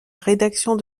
rédaction